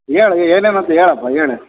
ಹೇಳ್ ಏನೇನು ಆತು ಹೇಳಪ್ಪಾ ಹೇಳ್